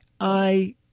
I-